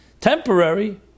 temporary